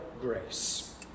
grace